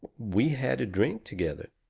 we had a drink together.